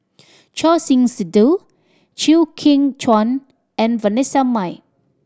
Choor Singh Sidhu Chew Kheng Chuan and Vanessa Mae